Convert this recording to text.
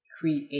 create